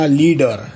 leader